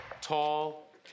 Tall